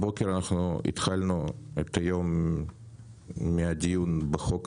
הבוקר התחלנו את היום עם הדיון בחוק הזה,